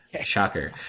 Shocker